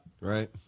Right